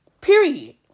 Period